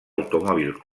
automòbil